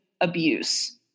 abuse